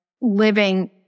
living